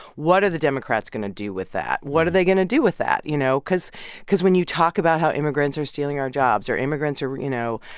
what are the democrats going to do with that? what are they going to do with that? you know, because because when you talk about how immigrants are stealing our jobs or immigrants are, you know,